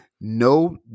No